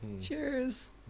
Cheers